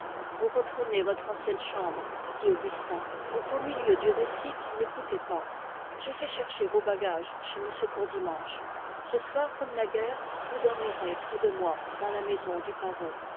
vous reprenez votre ancienne chambre dit augustin au beau milieu du récit qu'il n'écoutait pas j'ai fait chercher vos bagages chez m courdimanche ce soir comme naguère vous dormirez près de moi dans la maison du pavot